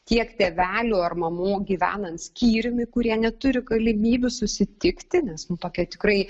tiek tėvelių ar mamų gyvenant skyriumi kurie neturi galimybių susitikti nes nu tokia tikrai